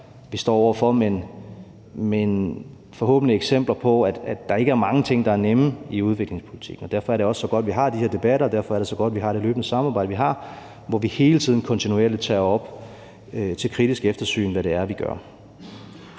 vi står over for, men forhåbentlig er det også eksempler på, at der ikke er mange ting, der er nemme i udviklingspolitikken. Derfor er det os også så godt, at vi har de her debatter, og derfor er det så godt, at vi har det løbende samarbejde, som vi har, hvor vi hele tiden og kontinuerligt tager op til kritisk eftersyn, hvad det er, vi gør.